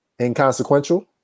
inconsequential